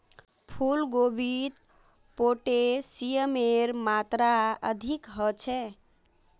फूल गोभीत पोटेशियमेर मात्रा अधिक ह छे